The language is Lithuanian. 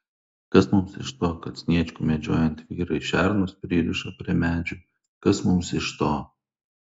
kas mums iš to kad sniečkui medžiojant vyrai šernus pririša prie medžių kas mums iš to